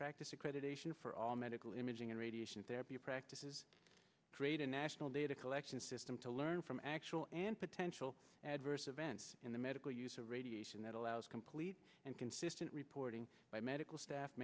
practice accreditation for all medical imaging and radiation therapy practices create a national data collection system to learn from actual and potential adverse events in the medical use of radiation that allows complete and consistent reporting by medical staff